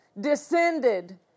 descended